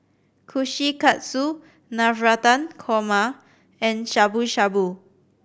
Kushikatsu Navratan Korma and Shabu Shabu